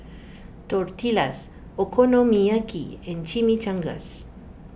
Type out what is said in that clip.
Tortillas Okonomiyaki and Chimichangas